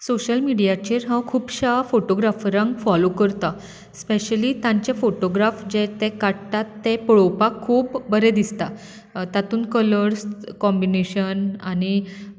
social मिडयाचेर हांव खुबश्या फोटोग्राफरांक फोलो करता स्पेशली तांच्या फोटोग्राफाक तें जे फोटो काडटात तें पळोवपाक खूब बरें दिसता तातूंत कलर कोम्बीन्शन आनी